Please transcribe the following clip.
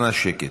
אנא שקט.